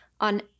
on